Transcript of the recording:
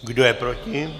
Kdo je proti?